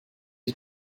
die